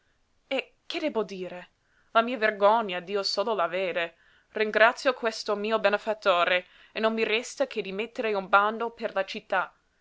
e che debbo dire la mia vergogna dio solo la vede ringrazio questo mio benefattore e non mi resta che di mettere un bando per la città